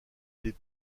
des